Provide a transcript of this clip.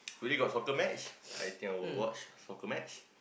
today got soccer match I think I will watch soccer match